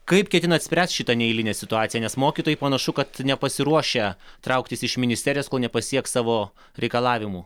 kaip ketinat spręsti šitą neeilinę situaciją nes mokytojai panašu kad nepasiruošę trauktis iš ministerijos kol nepasieks savo reikalavimų